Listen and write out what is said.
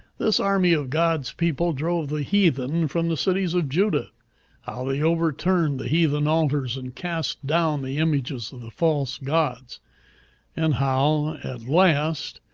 this army of god's people drove the heathen from the cities of judah how they overturned the heathen altars, and cast down the images of the false gods and how, at last,